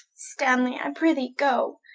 stanley, i prethee goe,